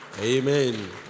Amen